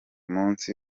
munsi